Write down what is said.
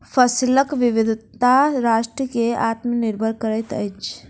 फसिलक विविधता राष्ट्र के आत्मनिर्भर करैत अछि